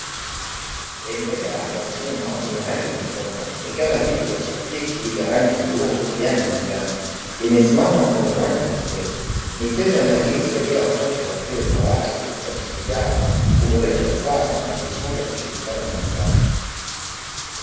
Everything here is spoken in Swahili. Bembea ya chuma yenye rangi nyekundu ikiwa na viti vya plastiki vya rangi ya bluu, kijani na njano; imesimama kwenye uwanja wa michezo, michezo ya aina hii usaidia watoto wa shule za awali kukuza misuli yao, kuboresha usawa na kujifunza kushirikiana na wenzao.